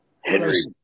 Henry